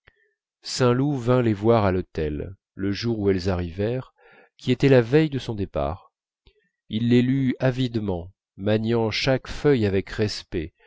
saint loup vint les voir à l'hôtel le jour où elles arrivèrent qui était la veille de son départ il les lut avidement maniant chaque feuille avec respect